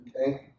Okay